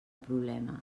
problema